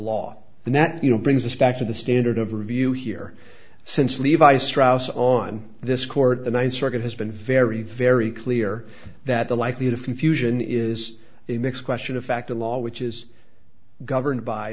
law and that you know brings us back to the standard of review here since levi strauss on this court the th circuit has been very very clear that the likelihood of confusion is a mix question of fact a law which is governed by